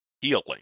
healing